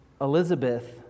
Elizabeth